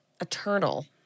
eternal